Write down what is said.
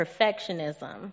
perfectionism